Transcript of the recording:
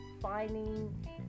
finding